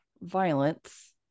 violence